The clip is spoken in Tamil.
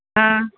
ஆ